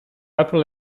upper